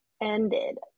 ended